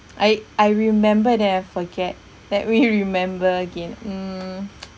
I I remember that I forget that we remember again mm